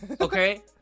Okay